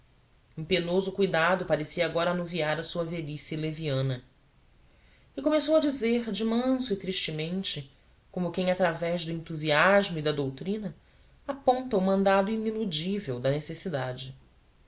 um penoso cuidado parecia agora anuviar a sua velhice leviana e começou a dizer de manso e tristemente como quem através do entusiasmo e da doutrina aponta o mandato iniludível da necessidade